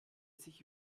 sich